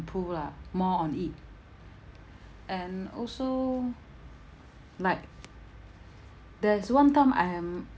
improve lah more on it and also like there's one time I'm